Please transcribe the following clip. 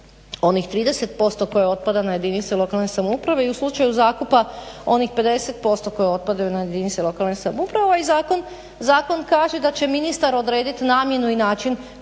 onih 30% koje otpada na jedinice lokalne samouprave i u slučaju zakupa onih 50% koje otpadaju na jedinice lokalne samouprave ovaj zakon kaže da će ministar odrediti namjenu i način